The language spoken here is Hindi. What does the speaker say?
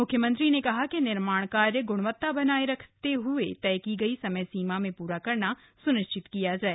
म्ख्यमंत्री ने कहा कि निर्माण कार्य ग्णवत्ता बनाए रखते हुए तय की गई समय सीमा में पूरा करना सुनिश्चित किया जाए